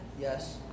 Yes